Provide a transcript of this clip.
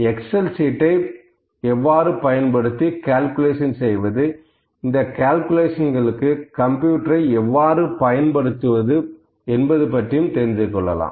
Excel சீட்டை பயன்படுத்தி எவ்வாறு கால்குலேஷன் செய்வது இந்த கால்குலேஷன்களுக்கு கம்ப்யூட்டரை எவ்வாறு பயன்படுத்துவது என்பது பற்றி தெரிந்துகொள்ளலாம்